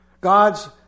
God's